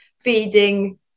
feeding